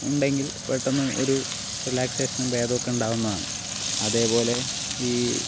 ഉണ്ടെങ്കിൽ പെട്ടന്ന് ഒരു റീലാക്സേഷനും ഭേദമൊക്കെ ഉണ്ടാകുന്നതാണ് അതുപോലെ ഈ